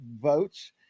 votes